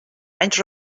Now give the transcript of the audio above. menys